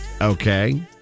Okay